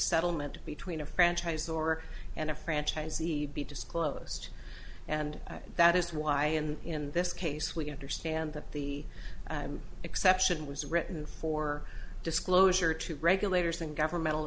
settlement between a franchise or and a franchisee be disclosed and that is why and in this case we understand that the exception was written for disclosure to regulators and governmental